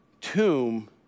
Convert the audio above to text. tomb